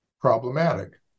problematic